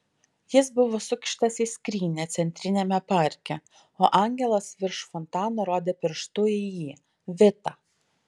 jis buvo sukištas į skrynią centriniame parke o angelas virš fontano rodė pirštu į jį vitą